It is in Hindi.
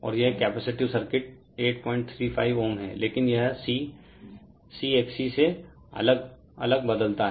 और यह कैपेसिटिव सर्किट 834Ω है लेकिन यह C C XC से अलग अलग बदलता है